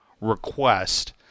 request